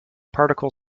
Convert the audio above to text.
particle